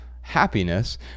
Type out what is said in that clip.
happiness